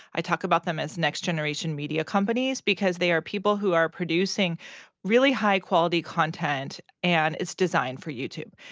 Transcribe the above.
i talk about them as next generation media companies because they are people who are producing really high quality content and it's designed for youtube.